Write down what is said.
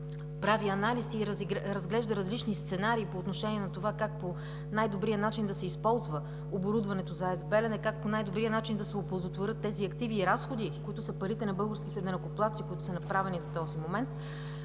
прави анализ и разглежда различни сценарии по отношение на това как по най-добрия начин да се използва оборудването за АЕЦ „Белене“, как по най-добрия начин да се оползотворят тези активи и разходи, които са парите на българските данъкоплатци, които са направени до този момент,